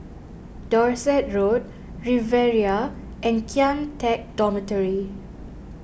Dorset Road Riviera and Kian Teck Dormitory